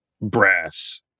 brass